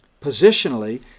positionally